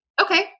Okay